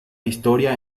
historia